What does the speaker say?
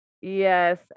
Yes